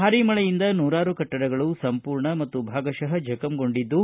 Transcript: ಭಾರಿ ಮಳೆಯಿಂದ ನೂರಾರು ಕಟ್ಟಡಗಳು ಸಂಪೂರ್ಣ ಮತ್ತು ಭಾಗಶಃ ಜಖಂಗೊಂಡಿವೆ